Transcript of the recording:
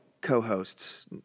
co-hosts